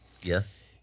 Yes